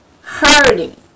hurting